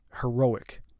heroic